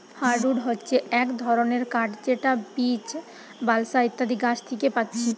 hardwood হচ্ছে এক ধরণের কাঠ যেটা বীচ, বালসা ইত্যাদি গাছ থিকে পাচ্ছি